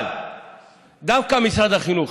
אבל דווקא משרד החינוך,